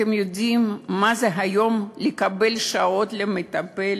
אתם יודעים מה זה היום לקבל שעות למטפלת?